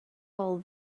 all